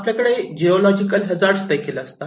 आपल्याकडे geological hazard देखील असतात